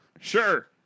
Sure